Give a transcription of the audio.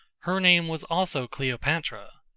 her name was also cleopatra.